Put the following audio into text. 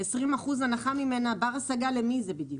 20% הנחה ממנה - בר השגה למי זה בדיוק?